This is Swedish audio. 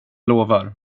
lovar